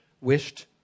wished